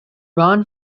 ron